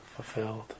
fulfilled